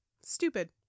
Stupid